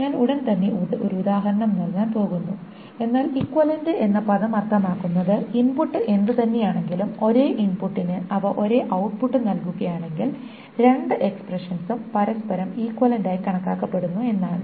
ഞാൻ ഉടൻ തന്നെ ഒരു ഉദാഹരണം നൽകാൻ പോകുന്നു എന്നാൽ ഇക്വിവാലെന്റ് എന്ന പദം അർത്ഥമാക്കുന്നത് ഇൻപുട്ട് എന്തുതന്നെയാണെങ്കിലും ഒരേ ഇൻപുട്ടിന് അവ ഒരേ ഔട്ട്പുട്ട് നൽകുകയാണെങ്കിൽ രണ്ട് എക്സ്പ്രെഷൻസും പരസ്പരം ഇക്വിവാലെന്റ് ആയി കണക്കാക്കപ്പെടുന്നു എന്നാണ്